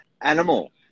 Animal